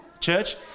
church